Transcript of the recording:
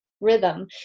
rhythm